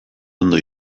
ondo